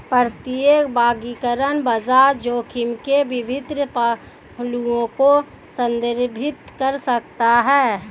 प्रत्येक वर्गीकरण बाजार जोखिम के विभिन्न पहलुओं को संदर्भित कर सकता है